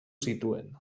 zituen